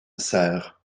serres